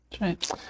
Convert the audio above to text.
right